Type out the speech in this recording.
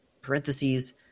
parentheses